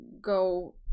go